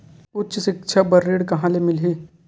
उच्च सिक्छा बर ऋण कहां ले मिलही?